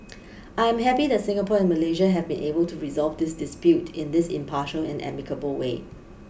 I am happy that Singapore and Malaysia have been able to resolve this dispute in this impartial and amicable way